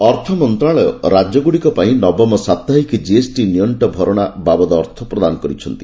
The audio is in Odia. ଜିଏସ୍ଟି ଅର୍ଥ ମନ୍ତ୍ରଣାଳୟ ରାଜ୍ୟଗୁଡ଼ିକପାଇଁ ନବମ ସାପ୍ତାହିକୀ କିଏସ୍ଟି ନିଅକ୍କ ଭରଣା ବାବଦ ଅର୍ଥ ପ୍ରଦାନ କରିଛନ୍ତି